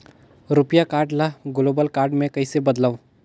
रुपिया कारड ल global card मे कइसे बदलव?